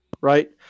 right